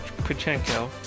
Pachenko